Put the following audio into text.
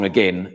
Again